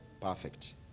Perfect